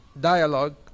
dialogue